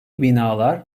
binalar